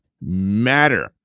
matter